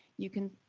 you can